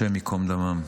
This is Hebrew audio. השם ייקום דמם.